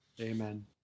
Amen